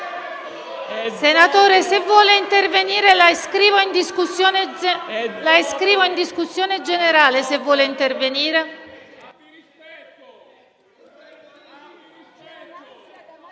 Senatore se vuole intervenire, la iscrivo in discussione generale.